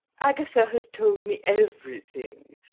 agatha has told me everything.